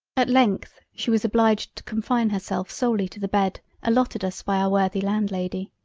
at length she was obliged to confine herself solely to the bed allotted us by our worthy landlady.